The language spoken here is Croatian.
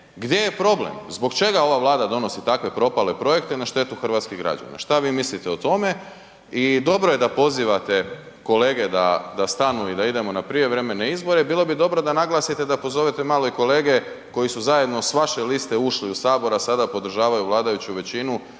gdje je problem. Zbog čega ova Vlada donosi takve propale projekte na štetu hrvatskih građana. Šta vi mislite o tome? I dobro je da pozivate kolege da stanu i da idemo na prijevremene izbore. Bilo bi dobro da naglasite i da pozovete malo i kolege koji su zajedno sa vaše liste ušli u Sabor a sada podržavaju vladajuću većinu,